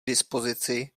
dispozici